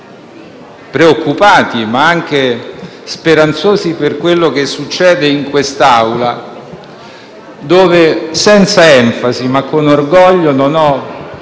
preoccupati ma anche speranzosi per quanto succede in quest'Aula dove, senza enfasi ma con orgoglio, non ho